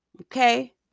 Okay